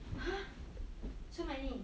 !huh! so many